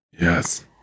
Yes